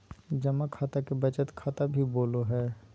जमा खाता के बचत खाता भी बोलो हइ